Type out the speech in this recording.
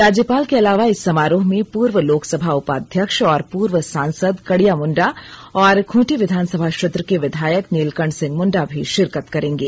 राज्यपाल के अलावा इस समारोह में पूर्व लोकसभा उपाध्यक्ष और पूर्व सांसद कड़िया मुंडा और खूंटी विधानसभा क्षेत्र के विधायक नीलकंठ सिंह मुंडा भी शिरकत करेंगे